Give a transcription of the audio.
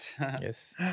Yes